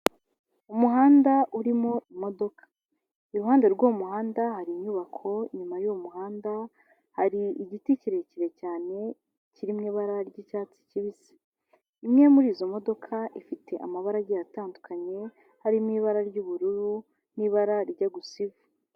Umuhanda urimo imodoka, iruhande rw'uwo muhanda hari inyubako inyuma y' uwo muhanda hari igiti kirekire cyane kiririmo ibara ry'icyatsi kibisi .Imwe muri izo modoka ifite amabara agiye atandukanye harimo ibara ry'ubururu n'ibara rirya gusa ivu.